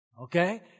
Okay